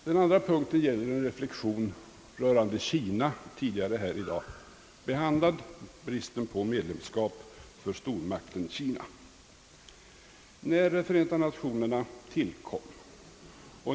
Den andra punkten har tidigare be handlats här i dag. Den rör det förhållandet, att stormakten Kina inte är medlem av Förenta Nationerna.